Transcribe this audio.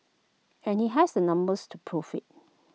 and he has the numbers to prove IT